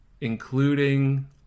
including